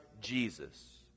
Jesus